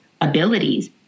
abilities